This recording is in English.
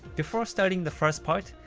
before starting the first part,